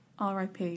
RIP